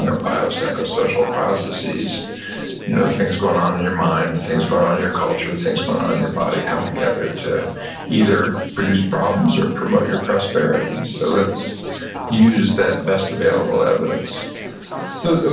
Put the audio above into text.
you know biopsychosocial processes, you know the things going on in your mind, the things going on in your culture, the things going on in your body come together to either produce problems or promote your prosperity. so let's use that best available evidence so okay,